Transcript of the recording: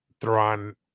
Thrawn